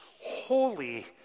holy